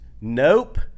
Nope